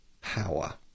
power